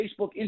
Facebook